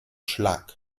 schlag